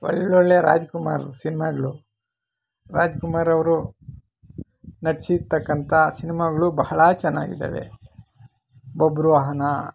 ಒಳ್ಳೊಳ್ಳೆಯ ರಾಜ್ಕುಮಾರ್ ಸಿನ್ಮಾಗಳು ರಾಜ್ಕುಮಾರ್ ಅವರು ನಟ್ಸಿರ್ತಕ್ಕಂತ ಸಿನ್ಮಾಗಳು ಬಹಳ ಚೆನ್ನಾಗಿದ್ದಾವೆ ಬಬ್ರುವಾಹನ